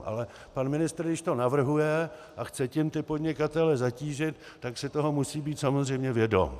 Ale pan ministr, když to navrhuje a chce tím ty podnikatele zatížit, tak si toho musí být samozřejmě vědom.